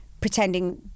pretending